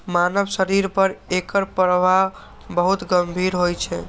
मानव शरीर पर एकर प्रभाव बहुत गंभीर होइ छै